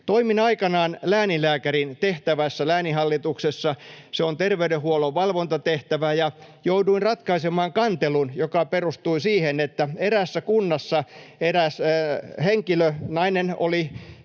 Toimin aikanaan lääninlääkärin tehtävässä lääninhallituksessa. Se on terveydenhuollon valvontatehtävä, ja jouduin ratkaisemaan kantelun, joka perustui siihen, että eräässä kunnassa eräs henkilö, nainen, oli